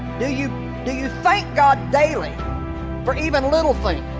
do you do you thank god daily for even little things